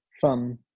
Fun